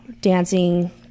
dancing